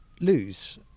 lose